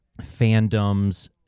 fandoms